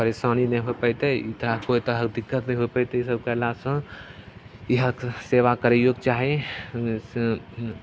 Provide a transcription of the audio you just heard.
परेशानी नहि होइ पएतै ई तऽ कोइ तरहके दिक्कत नहि हो पएतै ईसब कएलासे इएह तऽ सेवा करैओके चाही